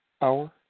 hour